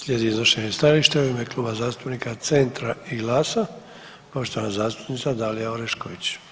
Slijedi iznošenje stajališta u ime Kluba zastupnika Centra i GLAS-a, poštovana zastupnica Dalija Orešković.